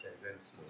Presence